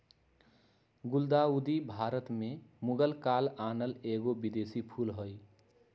गुलदाऊदी भारत में मुगल काल आनल एगो विदेशी फूल हइ